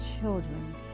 children